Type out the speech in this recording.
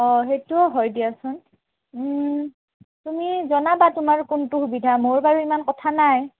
অঁ সেইটোও হয় দিয়াচোন তুমি জনাবা তোমাৰ কোনটো সুবিধা মোৰ বাৰু ইমান কথা নাই